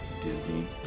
Disney+